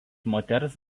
moters